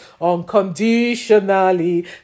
Unconditionally